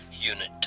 unit